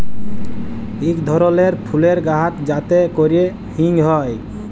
ইক ধরলের ফুলের গাহাচ যাতে ক্যরে হিং হ্যয়